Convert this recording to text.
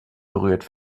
berührt